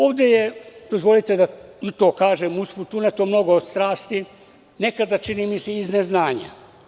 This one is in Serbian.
Ovde je, dozvolite da kažem usput, uneto mnogo od strasti, nekada, čini mi se, iz neznanja.